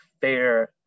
fair